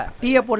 fear but